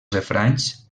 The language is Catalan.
refranys